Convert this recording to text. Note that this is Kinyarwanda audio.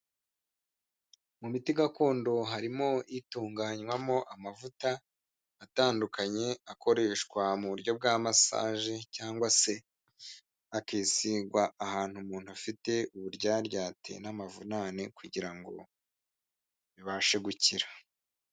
Mu miti gakondo harimo itunganywamo amavuta atandukanye akoreshwa mu buryo bwa masaje cyangwa se akisigwa ahantu umuntu afite uburyaryate n'amavunane kugira ngo bibashe gukira.